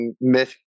myth